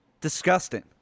Disgusting